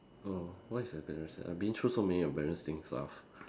hello what is embarrassing I've been through so many embarrassing stuff